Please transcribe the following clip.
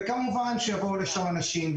וכמובן שיבואו לשם אנשים,